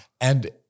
and-